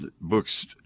books